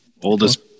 Oldest